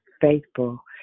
faithful